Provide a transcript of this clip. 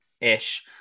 ish